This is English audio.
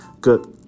good